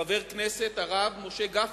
חבר הכנסת הרב משה גפני,